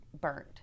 burnt